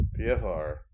pfr